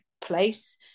place